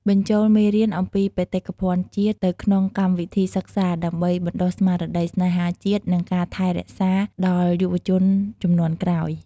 បញ្ចូលមេរៀនអំពីបេតិកភណ្ឌជាតិទៅក្នុងកម្មវិធីសិក្សា ដើម្បីបណ្ដុះស្មារតីស្នេហាជាតិ និងការថែរក្សាដល់យុវជនជំនាន់ក្រោយ។